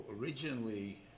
originally